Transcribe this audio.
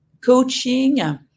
coaching